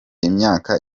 imyaka